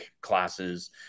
classes